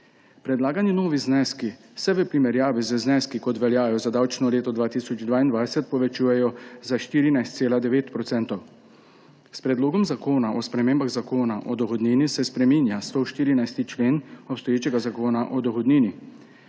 Predlagani novi zneski se v primerjavi z zneski, kot veljajo za davčno leto 2022, povečujejo za 14,9 %. S Predlogom zakona o spremembah Zakona o dohodnini se spreminja 114. člen obstoječega Zakona o dohodnini.